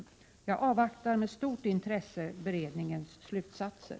81 Jag avvaktar med stort intresse beredningens slutsatser.